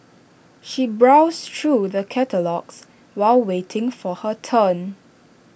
she browsed through the catalogues while waiting for her turn